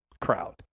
crowd